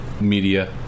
media